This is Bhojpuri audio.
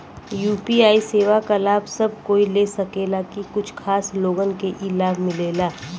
यू.पी.आई सेवा क लाभ सब कोई ले सकेला की कुछ खास लोगन के ई लाभ मिलेला?